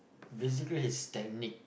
basically his technique